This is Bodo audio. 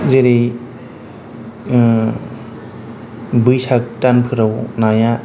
जेरै बैसाग दानफोराव नाया